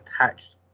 attached